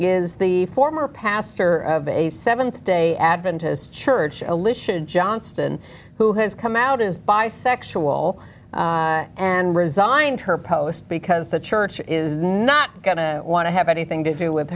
is the former pastor of a th day adventist church alicia johnston who has come out as bisexual and resigned her post because the church is not going to want to have anything to do with